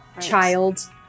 child